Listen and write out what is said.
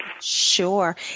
sure